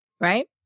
Right